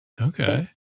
Okay